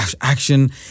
action